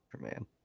man